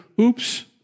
oops